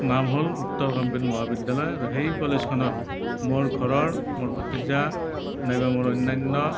নাম হ'ল উত্তৰ কমপীঠ মহাবিদ্যালয় আৰু সেই কলেজখনত মোৰ ঘৰৰ মোৰ ভতিজা নাইবা মোৰ অন্যান্য